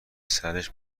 سرش